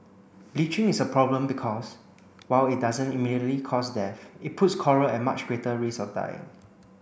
bleaching is a problem because while it doesn't immediately cause death it puts coral at much greater risk of dying